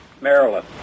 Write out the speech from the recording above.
Maryland